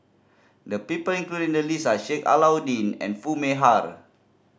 the people included the list are Sheik Alau'ddin and Foo Mee Har